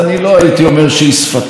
ארץ ישראל,